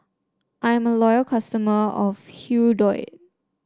I am a loyal customer of Hirudoid